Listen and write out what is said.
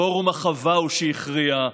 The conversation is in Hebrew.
פורום החווה הוא שהכריע.